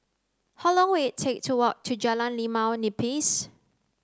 how long will take to walk to Jalan Limau Nipis